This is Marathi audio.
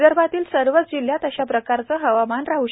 विदर्भातील सर्वच जिल्ह्यात अश्या प्रकारचे हवामान राहणार आहे